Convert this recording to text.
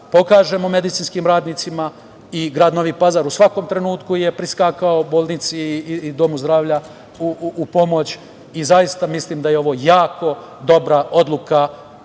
pokažemo medicinskim radnicima i grad Novi Pazar u svakom trenutku je priskakao bolnici i domu zdravlja u pomoć i zaista mislim da je ovo jako dobra odluka